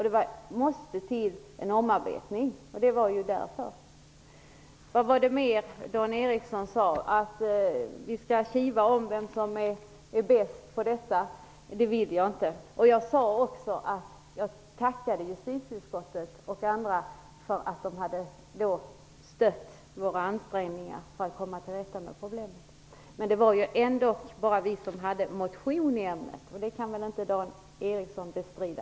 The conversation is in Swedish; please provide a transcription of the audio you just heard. Det måste till en omarbetning. Det var därför. Vad var det mer Dan Ericsson sade? Att vi skall kivas om vem som är bäst på detta vill jag inte. Jag tackade också justitieutskottet och andra för att de hade stött våra ansträngningar för att komma till rätta med problemen. Men det var ändock bara vi som hade en motion i ämnet. Det kan väl inte Dan Ericsson bestrida.